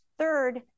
Third